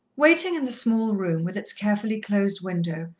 waiting in the small room, with its carefully-closed window,